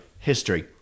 History